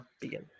begin